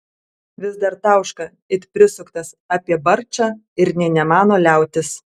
vis dar tauška it prisuktas apie barčą ir nė nemano liautis